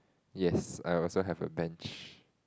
yes I also have a bench